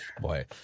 Boy